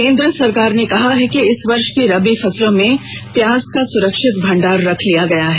केंद्र सरकार ने कहा है कि इस वर्ष की रबी फसलों में से प्याज का सुरक्षित भंडार रख लिया गया है